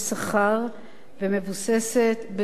ומבוססת, בין נשים לגברים.